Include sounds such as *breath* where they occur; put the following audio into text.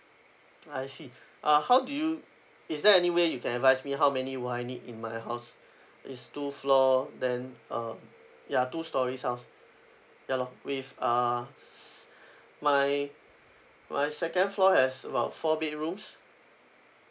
ah I see *breath* uh how do you is there any way you can advise me how many will I need in my house it's two floor then um ya two storeys house ya loh with uh *noise* my my second floor has about four bedrooms